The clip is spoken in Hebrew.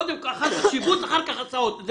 אחר כך שיבוץ ואחר כך הסעות.